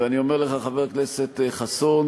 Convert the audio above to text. ואני אומר לך, חבר הכנסת חסון: